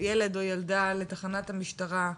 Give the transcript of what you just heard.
או ילדה לתחנת המשטרה,